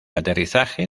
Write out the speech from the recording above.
aterrizaje